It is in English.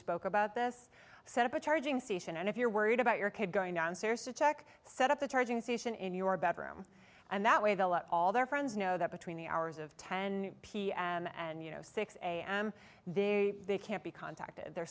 spoke about this set up a charging station and if you're worried about your kid going downstairs to check set up the charging station in your bedroom and that way they'll out all their friends know that between the hours of ten p and you know six am they can't be contacted their